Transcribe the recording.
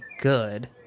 good